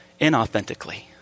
inauthentically